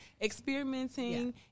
experimenting